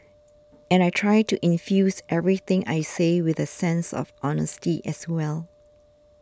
and I try to infuse everything I say with a sense of honesty as well